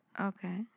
okay